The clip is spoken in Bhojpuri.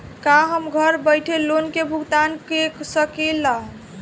का हम घर बईठे लोन के भुगतान के शकेला?